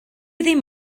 ddim